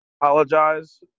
apologize